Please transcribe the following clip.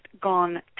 gone